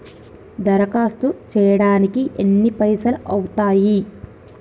దరఖాస్తు చేయడానికి ఎన్ని పైసలు అవుతయీ?